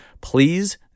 Please